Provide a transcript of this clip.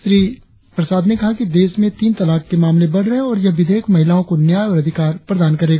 श्री प्रसाद ने कहा कि देश में तीन तलाक के मामले बढ़ रहे हैं और यह विधेयक महिलाओं को न्याय और अधिकार प्रदान करेगा